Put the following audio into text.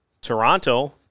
Toronto